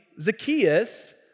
Zacchaeus